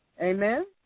Amen